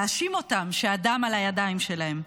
להאשים אותם שהדם על הידיים שלהם?